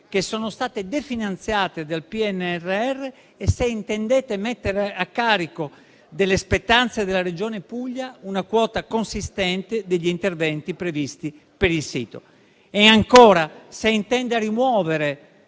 le misure definanziate dal PNRR e se intendete mettere a carico delle spettanze della Regione Puglia una quota consistente degli interventi previsti per il sito. Si chiede ancora se intenda rimuovere